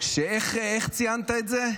איך ציינת את זה?